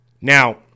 Now